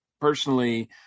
personally